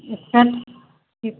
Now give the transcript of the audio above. एकसठ